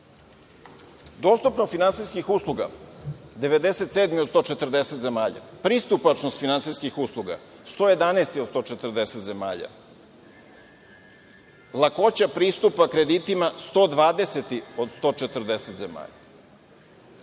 Dostupnost finansijskih usluga 97. u 140 zemalja, pristupačnost finansijskih usluga 111. od 140 zemalja, lakoća pristupa kreditima 120. od 140 zemalja. Kao